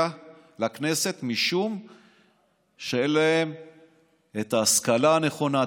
לכנסת משום שאין להם את ההשכלה הנכונה,